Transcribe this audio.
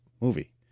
movie